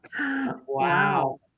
Wow